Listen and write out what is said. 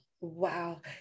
Wow